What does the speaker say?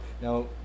now